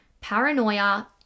paranoia